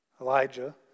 Elijah